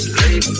late